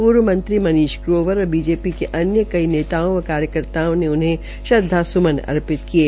पूर्व मंत्री मनीष ग्रोवर व बीजेपी नेता के अन्य कई नेताओं व कार्यकर्ताओं ने उन्हें श्रद्वास्मन अर्पित किये